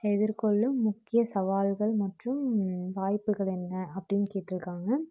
எதிர்கொள்ளும் முக்கிய சவால்கள் மற்றும் வாய்ப்புகள் என்ன அப்டின்னு கேட்டிருக்காங்க